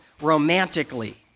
romantically